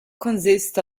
consist